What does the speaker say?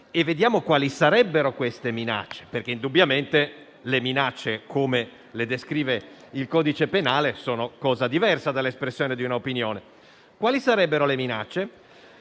Vediamo quali sarebbero queste minacce perché indubbiamente le minacce, come le descrive il codice penale, sono cosa diversa dell'espressione di un'opinione. Quali sarebbero le minacce?